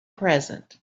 present